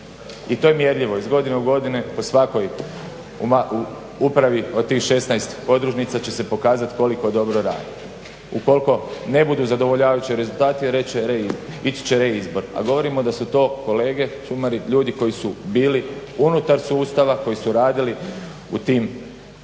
I to je mjerljivo iz godine u godinu po svakoj upravi od tih 16 podružnica će se pokazati koliko dobro radi. Ukoliko ne budu zadovoljavajući ići će reizbor a govorimo da su to kolege, šumari, ljudi koji su bili unutar sustava koji su radili u tim organizacijskim